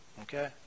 Okay